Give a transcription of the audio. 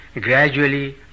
gradually